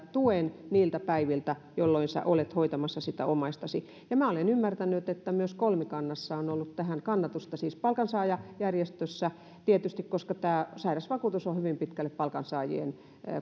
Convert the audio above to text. tuen niiltä päiviltä jolloin olet hoitamassa sitä omaistasi ja olen ymmärtänyt että myös kolmikannassa on on ollut tähän kannatusta siis palkansaajajärjestöissä tietysti koska sairausvakuutus on hyvin pitkälle palkansaajien